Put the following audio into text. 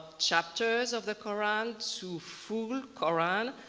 chapters of the koran to full koran.